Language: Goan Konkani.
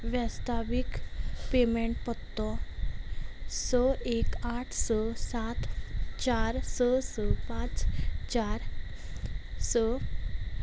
व्यास्तावीक पेमेंट पत्तो स एक आठ स सात चार स स पांच चार स